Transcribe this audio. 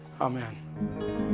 amen